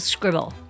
Scribble